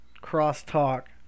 cross-talk